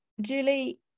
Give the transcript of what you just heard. Julie